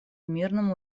мирном